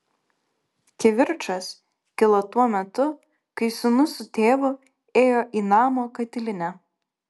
kivirčas kilo tuo metu kai sūnus su tėvu ėjo į namo katilinę